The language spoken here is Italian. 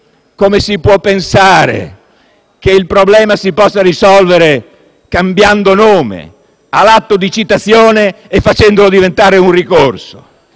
come si può pensare che il problema si possa risolvere cambiando nome all'atto di citazione e facendolo diventare un ricorso?